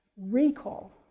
recall.